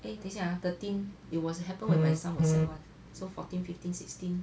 eh 等一下 ah thirteen it was happened when my son was sec one so fourteen fifteen sixteen